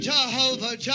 Jehovah